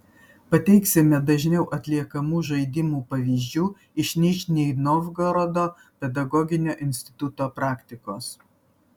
pateiksime dažniau atliekamų žaidimų pavyzdžių iš nižnij novgorodo pedagoginio instituto praktikos